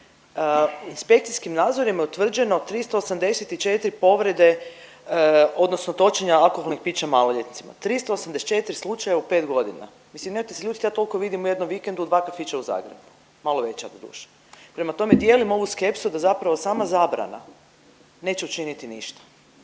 inspekcijskim nadzorima je utvrđeno 384 povrede odnosno točenja alkoholnih pića maloljetnicima. 384 slučaja u 5 godina. Mislim nemojte se ljutit ja toliko vidim u jednom vikendu u dva kafića u Zagrebu malo veća doduše. Prema tome, dijelim ovu skepsu da zapravo sama zabrana neće učiniti ništa.